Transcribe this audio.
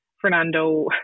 Fernando